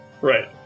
Right